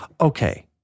Okay